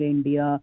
India